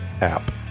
app